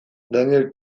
daniel